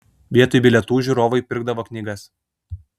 vietoj bilietų žiūrovai pirkdavo knygas